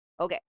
Okay